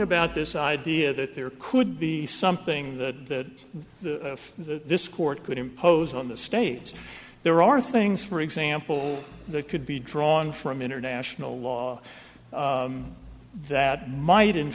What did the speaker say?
about this idea that there could be something that this court could impose on the states there are things for example that could be drawn from international law that might in